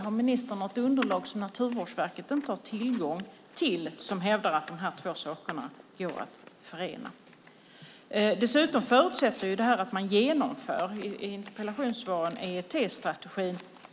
Har ministern något underlag som Naturvårdsverket inte har tillgång till som hävdar att de här två sakerna går att förena? Dessutom förutsätter det, enligt interpellationssvaret, att man genomför EET-strategin.